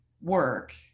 work